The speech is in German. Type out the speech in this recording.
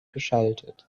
geschaltet